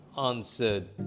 answered